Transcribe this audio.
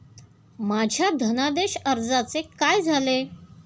माझ्या धनादेश अर्जाचे काय झाले?